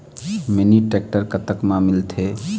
Mini tractor कतक म मिलथे?